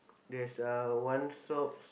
there's uh one socks